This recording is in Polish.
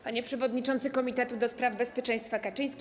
Panie Przewodniczący Komitetu ds. Bezpieczeństwa Kaczyński!